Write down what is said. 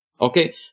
Okay